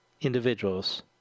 individuals